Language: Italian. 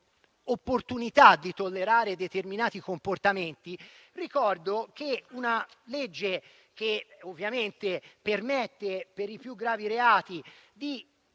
opportunità di tollerare determinati comportamenti, ricordo che una legge - legge che permette, per i più gravi reati, di